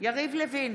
יריב לוין,